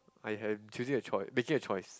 I am choosing a choice making a choice